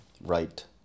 right